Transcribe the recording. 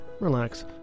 relax